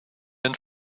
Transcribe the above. and